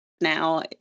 now